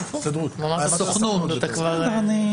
סכום הוא תמיד שרירותי,